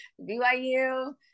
BYU